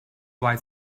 why